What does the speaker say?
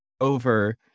over